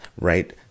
right